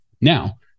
Now